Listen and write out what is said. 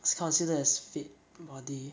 is considered as fit body